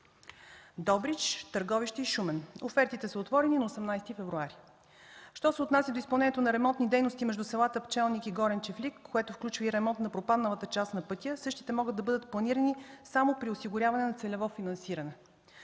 Добрич, Търговище и Шумен. Офертите са отворени на 18 февруари. Що се отнася до изпълнението на ремонтни дейности между селата Пчелник и Горен Чифлик, което включва ремонт на пропадналата част на пътя, същите могат да бъдат планирани само при осигуряване на целево финансиране.